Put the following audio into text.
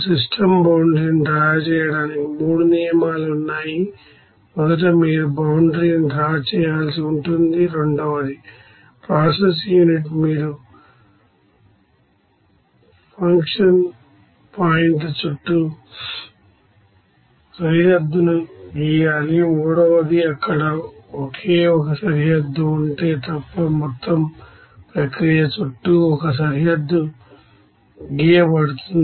system బౌండరీలను draw చేయడానికి 3 నియమాలు ఉన్నాయి మొదట మీరు బౌండరీని డ్రా చేయాల్సి ఉంటుంది రెండవదిప్రాసెస్ యూనిట్ మీరు జంక్షన్ పాయింట్ల చుట్టూ సరిహద్దును గీయాలిమూడవది అక్కడ ఒకే ఒక సరిహద్దు ఉంటే తప్ప మొత్తం ప్రక్రియ చుట్టూ ఒక సరిహద్దు గీయబడుతుంది